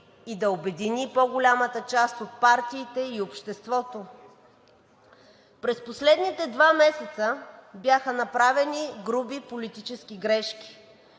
и да обедини по-голямата част от партиите и обществото. През последните два месеца бяха направени груби политически грешки,